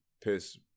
piss